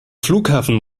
flughafen